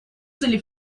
цели